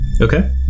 okay